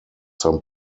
some